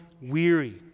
weary